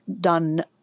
done